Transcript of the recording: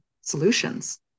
solutions